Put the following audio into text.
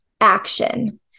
action